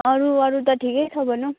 अरू अरू त ठिकै छ भनुँ